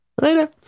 Later